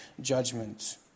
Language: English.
judgment